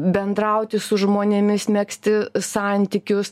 bendrauti su žmonėmis megzti santykius